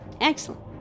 Excellent